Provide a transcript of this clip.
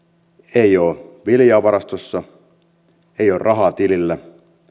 ei ole viljaa varastossa ei ole rahaa tilillä